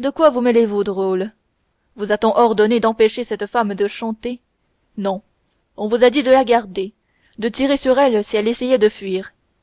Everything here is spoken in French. de quoi vous mêlez-vous drôle vous a-t-on ordonné d'empêcher cette femme de chanter non on vous a dit de la garder de tirer sur elle si elle essayait de fuir